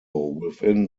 within